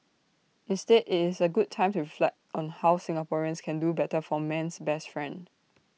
instead IT is A good time to reflect on how Singaporeans can do better for man's best friend